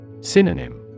Synonym